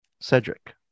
Cedric